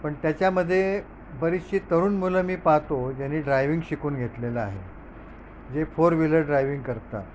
पण त्याच्यामध्ये बरीचशी तरुण मुलं मी पाहतो ज्यांनी ड्रायविंग शिकून घेतलेलं आहे जे फोर व्हीलर ड्रायविंग करतात